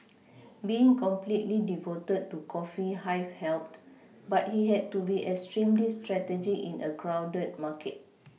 being completely devoted to coffee Hive helped but he had to be extremely strategic in a crowded market